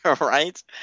right